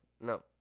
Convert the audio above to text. No